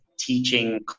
teaching